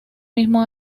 mismo